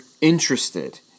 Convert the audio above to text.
interested